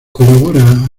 colabora